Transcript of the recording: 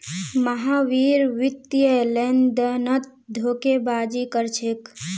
महावीर वित्तीय लेनदेनत धोखेबाजी कर छेक